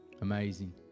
Amazing